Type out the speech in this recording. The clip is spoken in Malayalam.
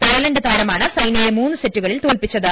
തായ്ലന്റ് താരമാണ് സൈനയെ മൂന്ന് സെറ്റുകൾക്ക് തോൽപ്പിച്ചത്